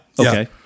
Okay